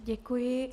Děkuji.